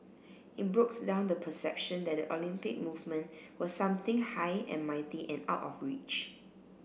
it broke down the perception that the Olympic movement was something high and mighty and out of reach